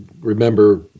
remember